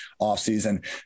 offseason